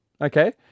Okay